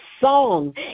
song